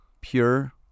pure